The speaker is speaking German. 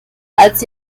als